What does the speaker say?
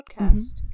podcast